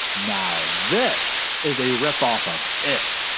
now this is a rip off of it!